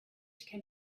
can